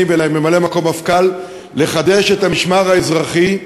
ולממלא-מקום המפכ"ל לחדש את המשמר האזרחי,